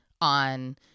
on